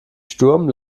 sturm